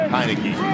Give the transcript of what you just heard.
Heineke